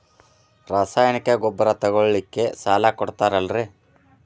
ರಾಸಾಯನಿಕ ಗೊಬ್ಬರ ತಗೊಳ್ಳಿಕ್ಕೆ ಸಾಲ ಕೊಡ್ತೇರಲ್ರೇ?